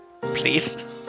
Please